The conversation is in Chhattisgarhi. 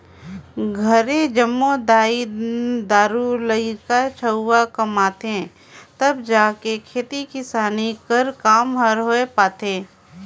घरे जम्मो दाई दाऊ,, लरिका छउवा कमाथें तब जाएके खेती किसानी कर काम हर होए पाथे